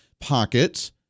pockets